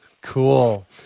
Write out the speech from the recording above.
Cool